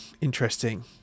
Interesting